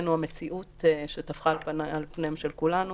המציאות הבריאותית שטפחה על פני כולנו,